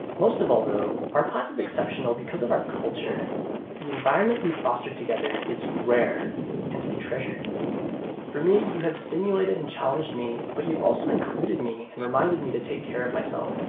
most of all though our is exceptional because of our culture the environment we've fostered together is rare and to be treasured for me you have stimulated and challenged me but you've also included me and reminded me to take care of myself.